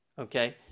okay